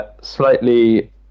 slightly